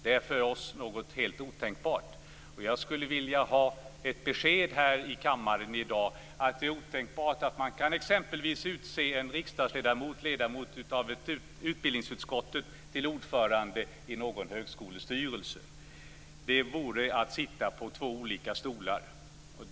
Det är för oss något helt otänkbart, och jag skulle vilja få ett besked här i kammaren i dag om att det vore otänkbart att t.ex. utse en riksdagsledamot, ledamot av utbildningsutskottet, till ordförande i någon högskolestyrelse. Det vore att sitta på två olika stolar.